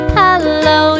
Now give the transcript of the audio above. hello